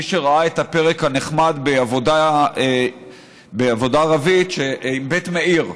מי שראה את הפרק הנחמד בעבודה ערבית עם בית מאיר,